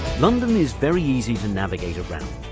london is very easy to navigate around,